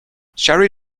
sherry